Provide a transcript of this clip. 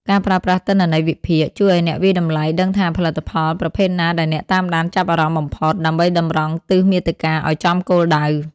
ការប្រើប្រាស់ទិន្នន័យវិភាគ ជួយឱ្យអ្នកវាយតម្លៃដឹងថាផលិតផលប្រភេទណាដែលអ្នកតាមដានចាប់អារម្មណ៍បំផុត ដើម្បីតម្រង់ទិសមាតិកាឱ្យចំគោលដៅ។